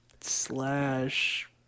slash